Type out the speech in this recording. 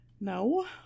No